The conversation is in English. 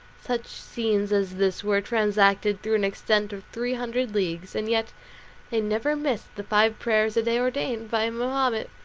such scenes as this were transacted through an extent of three hundred leagues and yet they never missed the five prayers a day ordained by mahomet.